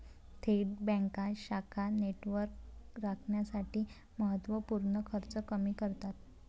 थेट बँका शाखा नेटवर्क राखण्यासाठी महत्त्व पूर्ण खर्च कमी करतात